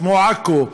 כמו עכו,